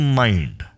mind